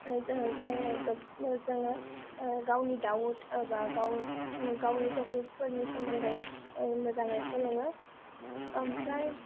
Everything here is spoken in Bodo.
जोङो गावनि डाउट एबा गावनि टपिकफोरनि सोमोनदै मोजाङै सोलोङो ओमफ्राय